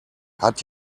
hat